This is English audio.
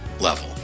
level